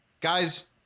guys